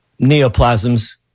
neoplasms